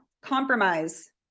compromise